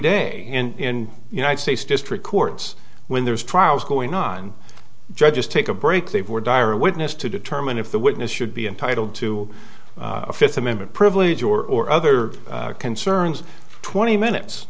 day in united states district courts when there's trials going on judges take a break they were dire a witness to determine if the witness should be entitled to a fifth amendment privilege or other concerns twenty minutes